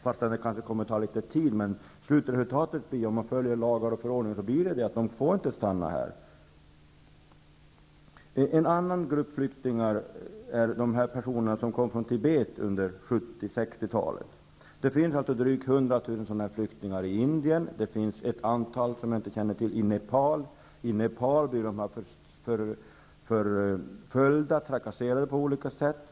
Det kommer kanske att ta litet tid, men om man följer lagar och förordningar blir slutresultatet att de inte får stanna. En annan grupp flyktingar är de som kom från Tibet under 1960-talet. Det finns några hundra tusen i Indien och ett antal som jag inte känner till i Nepal. I Nepal blir de förföljda och trakasserade på olika sätt.